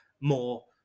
more